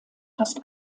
fast